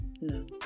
No